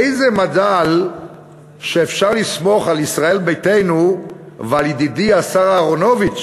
איזה מזל שאפשר לסמוך על ישראל ביתנו ועל ידידי השר אהרונוביץ